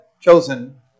chosen